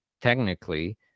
technically